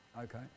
Okay